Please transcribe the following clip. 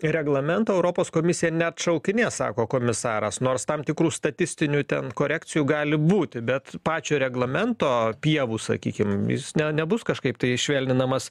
reglamento europos komisija neatšaukinės sako komisaras nors tam tikrų statistinių ten korekcijų gali būti bet pačio reglamento pievų sakykim jis ne nebus kažkaip tai švelninamas